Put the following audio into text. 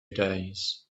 days